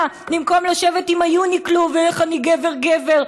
במקום לשבת אם היוניקלו ואיך אני גבר-גבר,